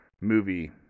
movie